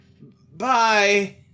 Bye